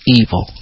evil